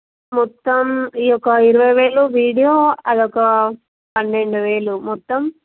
మొత్తం ఈ యొక్క ఇరవై వేలు వీడియో అదొక పన్నెండు వేలు మొత్తం